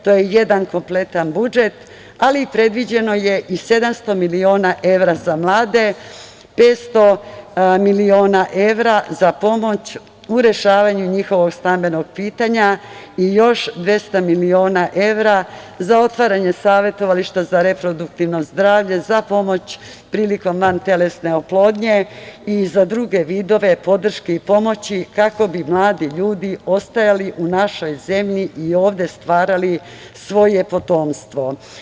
To je jedan kompletan budžet, ali predviđeno je i 700 miliona evra za mlade, 500 miliona evra za pomoć u rešavanju njihovog stambenog pitanja i još 200 miliona evra za otvaranje savetovališta za reproduktivno zdravlje za pomoć prilikom vantelesne oplodnje i za druge vidove podrške i pomoći kako bi mladi ljudi ostajali u našoj zemlji i ovde stvarali svoje potomstvo.